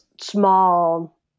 small